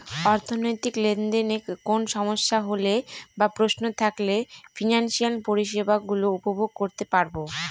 অর্থনৈতিক লেনদেনে কোন সমস্যা হলে বা প্রশ্ন থাকলে ফিনান্সিয়াল পরিষেবা গুলো উপভোগ করতে পারবো